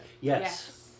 Yes